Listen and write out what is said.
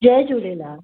Jay Jhulelal